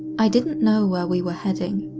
i didn't know where we were heading.